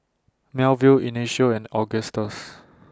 Melville Ignacio and Augustus